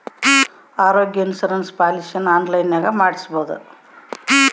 ಆರೋಗ್ಯ ಇನ್ಸುರೆನ್ಸ್ ಪಾಲಿಸಿಯನ್ನು ಆನ್ಲೈನಿನಾಗ ಮಾಡಿಸ್ಬೋದ?